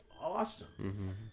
awesome